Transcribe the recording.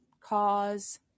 cause